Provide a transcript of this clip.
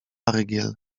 rygiel